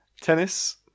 Tennis